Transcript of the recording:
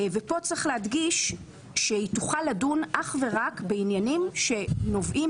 ופה צריך להדגיש שהיא תוכל לדון אך ורק בעניינים שנובעים